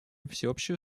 всеобъемлющую